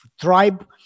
tribe